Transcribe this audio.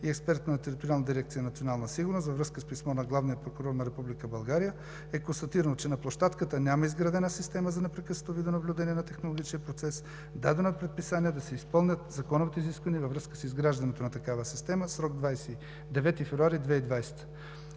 и експерт на Териториална дирекция „Национална сигурност“ във връзка с писмо на Главния прокурор на Република България е констатирано, че на площадката няма изградена система за непрекъснато видеонаблюдение на технологичния процес. Дадено е предписание да се изпълнят законовите изисквания във връзка с изграждането на такава система – срок 29 февруари 2020